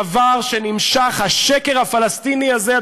השקר הפלסטיני הזה,